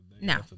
No